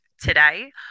today